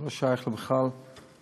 זה לא שייך בכלל לאיכילוב,